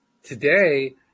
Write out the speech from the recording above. Today